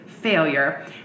failure